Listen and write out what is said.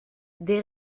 des